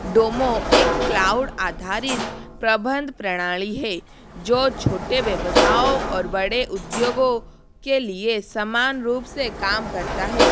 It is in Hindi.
डोमो एक क्लाउड आधारित प्रबंध प्रणाली है जो छोटे व्यवसाओं और बड़े उद्योगों के लिए समान रूप से काम करता है